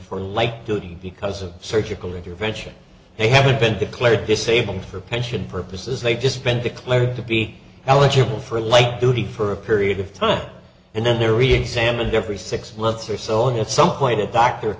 for like duty because of surgical intervention they have been declared disabled for pension purposes they've just been declared to be eligible for light duty for a period of time and then their reexamined every six months or so and at some point a doctor